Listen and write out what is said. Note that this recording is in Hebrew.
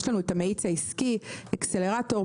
יש לנו את המאיץ העסקי, אקסלרטור.